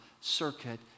circuit